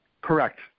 Correct